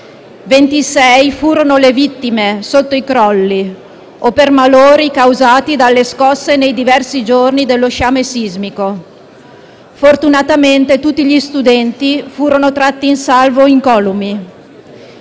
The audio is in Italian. furono le vittime, sotto i crolli o per malori causati dalle scosse nei diversi giorni dello sciame sismico. Fortunatamente, tutti gli studenti furono tratti in salvo incolumi.